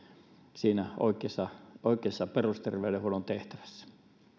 siinä oikeassa oikeassa perusterveydenhuollon tehtävässä